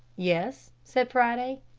yes, said friday.